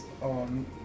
on